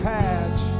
patch